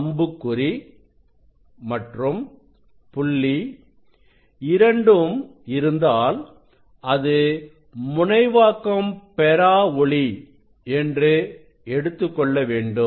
அம்புக்குறி மற்றும் புள்ளி இரண்டும் இருந்தால் அது முனைவாக்கம் பெறா ஒளி என்று எடுத்துக்கொள்ள வேண்டும்